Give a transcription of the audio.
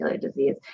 disease